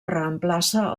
reemplaça